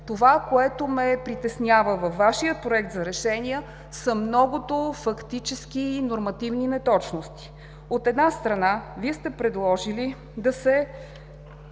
Това, което ме притеснява във Вашия Проект на решение, са многото фактически и нормативни неточности. От една страна, Вие сте предложили да се